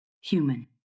human